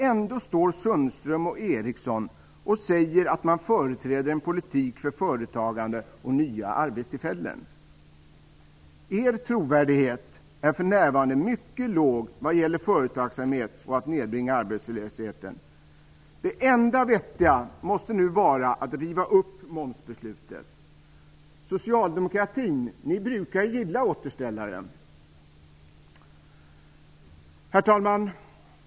Ändå säger Sundström och Eriksson att man företräder en politik för företagande och nya arbetstillfällen. Er trovärdighet är för närvarande mycket låg vad gäller företagsamhet och att nedbringa arbetslösheten. Det enda vettiga måste nu vara att riva upp momsbeslutet. Socialdemokraterna brukar ju gilla återställare. Herr talman!